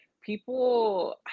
people